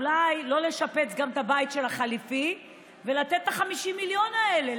אולי לא לשפץ גם את הבית של החליפי ולתת את ה-50 מיליון האלה.